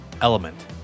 element